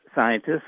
scientists